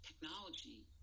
technology